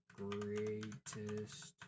greatest